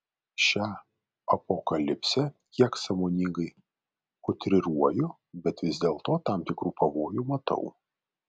šią apokalipsę kiek sąmoningai utriruoju bet vis dėlto tam tikrų pavojų matau